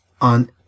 on